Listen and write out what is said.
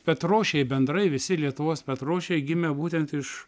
petrošiai bendrai visi lietuvos petrošiai gimę būtent iš